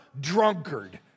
drunkard